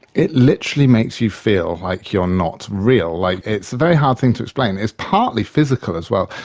it literally makes you feel like you're not real. like it's a very hard thing to explain. it's partly physical, as well.